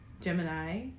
Gemini